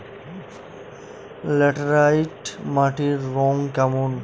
Laterite মাটির রং কেমন?